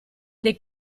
dei